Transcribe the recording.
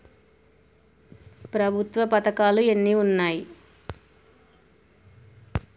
ప్రభుత్వ పథకాలు ఎన్ని ఉన్నాయి?